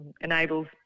enables